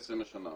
כ-20 לשנה.